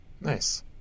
Nice